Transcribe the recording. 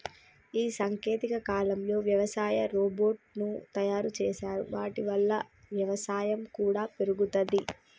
ఈ సాంకేతిక కాలంలో వ్యవసాయ రోబోట్ ను తయారు చేశారు వాటి వల్ల వ్యవసాయం కూడా పెరుగుతది